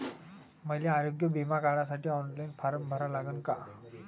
मले आरोग्य बिमा काढासाठी ऑनलाईन फारम भरा लागन का?